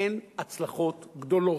אין הצלחות גדולות.